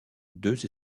deux